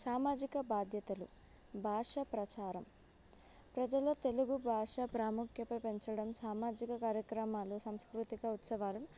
సామాజిక బాధ్యతలు భాష ప్రచారం ప్రజలు తెలుగు భాష ప్రాముఖ్యపై పెంచడం సామాజిక కార్యక్రమాలు సంస్కృతిక ఉత్సవాలు